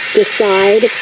decide